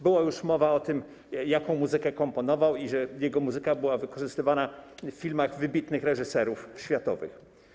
Była już mowa o tym, jaką muzykę komponował i że jego muzyka była wykorzystywana w filmach wybitnych reżyserów światowych.